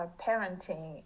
parenting